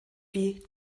wie